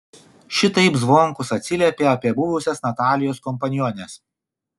šitaip zvonkus atsiliepė apie buvusias natalijos kompaniones